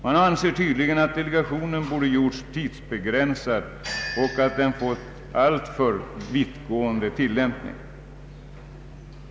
Man anser tydligen att delegationen borde gjorts tidsbegränsad och att den fått en alltför vittgående tillämpning.